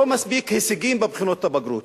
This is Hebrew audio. לא מספיק שיש הישגים בבחינות הבגרות,